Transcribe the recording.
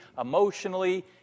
emotionally